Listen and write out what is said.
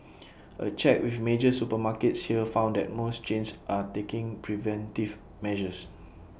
A check with major supermarkets here found that most chains are taking preventive measures